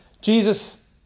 Jesus